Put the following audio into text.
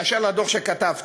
באשר לדוח שכתבת.